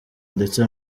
ndetse